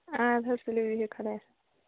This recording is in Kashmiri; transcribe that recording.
اَدٕ حظ تُلِو بِہِو خُدایَس حَوال